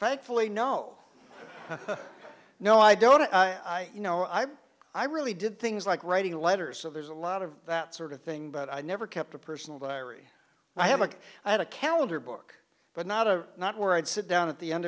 thankfully no no i don't i you know i i really did things like writing letters so there's a lot of that sort of thing but i never kept a personal diary i had like i had a calendar book but not a not where i'd sit down at the end